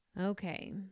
Okay